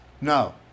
No